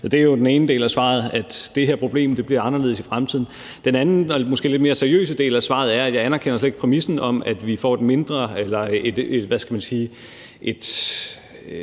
Det er jo den ene del af svaret; det her problem bliver anderledes i fremtiden. Den anden og måske lidt mere seriøse del af svaret er, at jeg slet ikke anerkender præmissen om, at vi får et mindre eller et ikkegenerøst